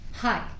Hi